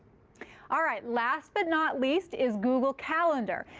all right. last but not least is google calendar.